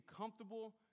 comfortable